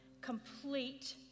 complete